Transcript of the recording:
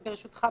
ברשותך,